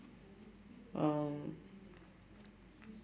um